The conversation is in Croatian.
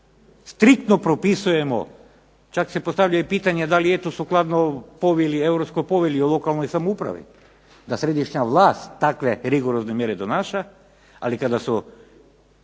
striktno propisujemo, čak se postavlja i pitanje da li je to sukladno povelji, europskoj povelji o lokalnoj samoupravi, da središnja vlast takve rigorozne mjere donaša, ali kada su